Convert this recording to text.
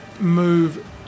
move